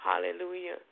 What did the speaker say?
hallelujah